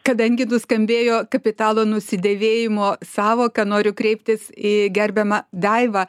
kadangi nuskambėjo kapitalo nusidėvėjimo sąvoka noriu kreiptis į gerbiamą daivą